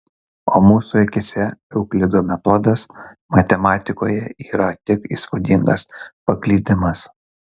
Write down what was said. o mūsų akyse euklido metodas matematikoje yra tik įspūdingas paklydimas